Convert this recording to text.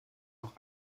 noch